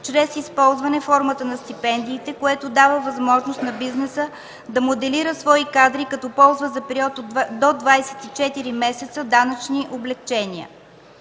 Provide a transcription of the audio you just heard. чрез използване формата на стипендиите, което дава възможност на бизнеса да моделира свои кадри като ползва за период до 24 месеца данъчни облекчения.